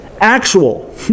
actual